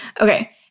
Okay